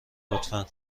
لطفا